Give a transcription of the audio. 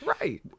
right